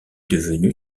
devenu